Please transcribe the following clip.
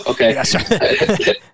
okay